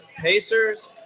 Pacers